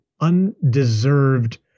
undeserved